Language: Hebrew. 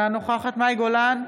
אינה נוכחת מאי גולן,